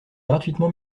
gratuitement